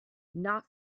not